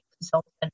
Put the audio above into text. consultant